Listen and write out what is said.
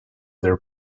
their